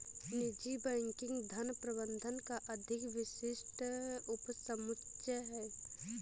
निजी बैंकिंग धन प्रबंधन का अधिक विशिष्ट उपसमुच्चय है